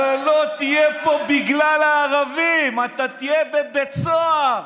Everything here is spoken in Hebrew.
אתה לא תהיה פה בגלל הערבים, אתה תהיה בבית סוהר.